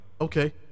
Okay